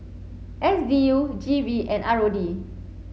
S D U G V and R O D